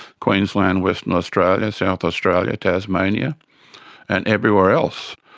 queensland, western australia, south australia, tasmania and everywhere else.